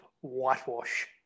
whitewash